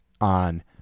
on